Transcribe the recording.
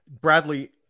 Bradley